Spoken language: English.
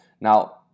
Now